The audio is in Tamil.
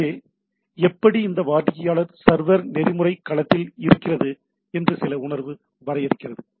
எனவே எப்படி இந்த வாடிக்கையாளர் சர்வர் நெறிமுறை களத்தில் இருக்கிறது என்று சில உணர்வு வரையறுக்கிறது